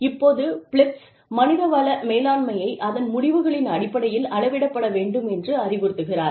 இப்போது பிலிப்ஸ் மனிதவள மேலாண்மையை அதன் முடிவுகளின் அடிப்படையில் அளவிடப்பட வேண்டும் என்று அறிவுறுத்துகிறார்